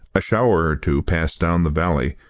a shower or two passed down the valley,